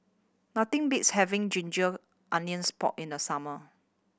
nothing beats having ginger onions pork in the summer